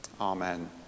Amen